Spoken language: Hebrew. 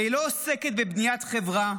והיא לא עוסקת בבניית חברה,